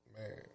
Man